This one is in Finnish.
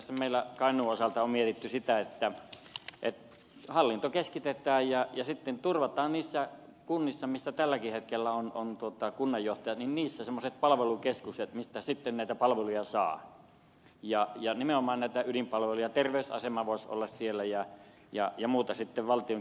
myös meillä kainuun osalta on mietitty sitä että hallinto keskitetään ja sitten turvataan niissä kunnissa missä tälläkin hetkellä on kunnanjohtajat semmoiset palvelukeskukset mistä näitä palveluja saa ja nimenomaan näitä ydinpalveluita terveysasema voisi olla siellä ja muuta valtionkin hallintoa